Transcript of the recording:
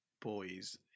boys